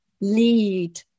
lead